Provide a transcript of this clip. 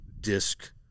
DISC